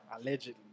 Allegedly